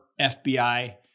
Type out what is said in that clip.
FBI